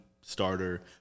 starter